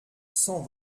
cent